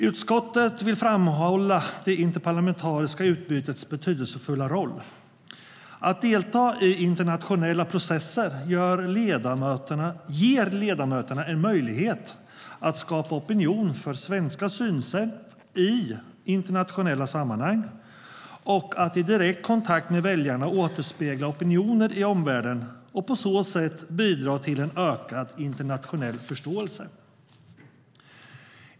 Utskottet vill framhålla det interparlamentariska utbytets betydelsefulla roll. Att delta i internationella processer ger ledamöterna en möjlighet att skapa opinion för svenska synsätt i internationella sammanhang och att i direkt kontakt med väljarna återspegla opinioner i omvärlden och på så sätt bidra till en ökad internationell förståelse.